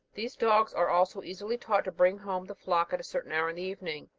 these dogs are also easily taught to bring home the flock at a certain hour in the evening.